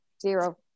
zero